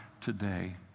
today